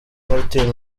martin